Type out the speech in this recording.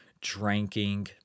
drinking